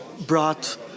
brought